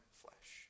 flesh